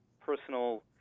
personal